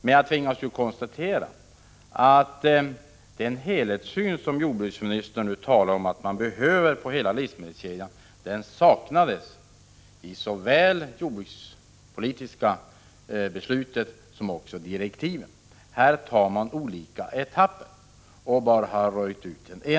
Men jag tvingas konstatera att den helhetssyn på livsmedelskedjan som jordbruksministern nu säger att vi behöver saknades såväl i det jordbrukspolitiska beslutet som i direktiven. Man tar det i etapper och har hittills utrett bara en del.